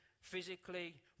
physically